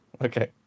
Okay